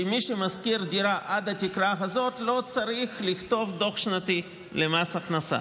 ומי שמשכיר דירה עד התקרה הזאת לא צריך לכתוב דוח שנתי למס הכנסה,